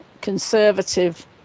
conservative